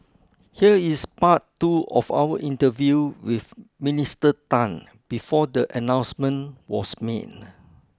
here is part two of our interview with Minister Tan before the announcement was made